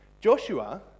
Joshua